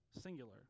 singular